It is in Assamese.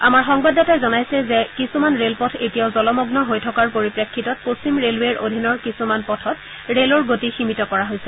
আমাৰ সংবাদদাতাই জনাইছে যে কিছুমান ৰেলপথ এতিয়াও জলমগ্ন হৈ থকাৰ পৰিপ্ৰেক্ষিতত পশ্চিম ৰেলৱেৰ অধীনৰ কিছুমান পথত ৰেলৰ গতি সীমিত কৰা হৈছে